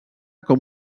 com